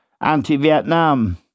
anti-Vietnam